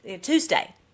Tuesday